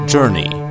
Journey